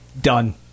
done